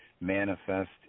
manifest